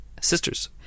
Sisters